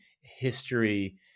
history